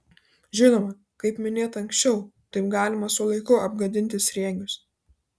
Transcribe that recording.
žinoma kaip minėta anksčiau taip galima su laiku apgadinti sriegius